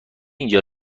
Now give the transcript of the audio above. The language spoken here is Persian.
اینجا